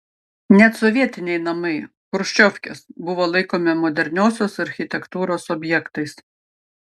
net sovietiniai namai chruščiovkės buvo laikomi moderniosios architektūros objektais